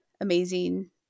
amazing